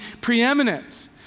preeminent